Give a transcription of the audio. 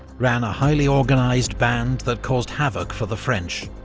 ran a highly organised band that caused havoc for the french,